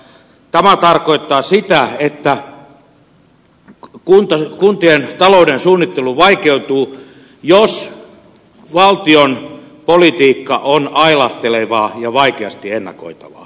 tämä tarkoittaa sitä että kuntien talouden suunnittelu vaikeutuu jos valtion politiikka on ailahtelevaa ja vaikeasti ennakoitavaa